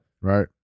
Right